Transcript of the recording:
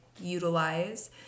utilize